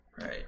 Right